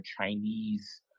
Chinese